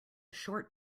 short